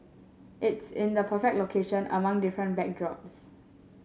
it's in the perfect location among different backdrops